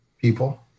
people